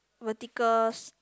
vertical